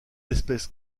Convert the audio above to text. espèces